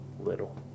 little